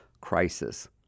crisis